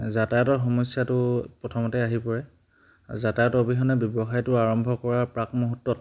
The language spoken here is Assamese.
যাতায়তৰ সমস্যাটো প্ৰথমতে আহি পৰে আৰু যাতায়ত অবিহনে ব্যৱসায়টো আৰম্ভ কৰাৰ প্ৰাকমূহূৰ্তত